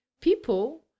people